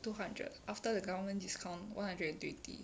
two hundred after the government discount one hundred and twenty